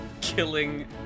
killing